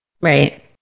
Right